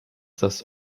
das